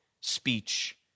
speech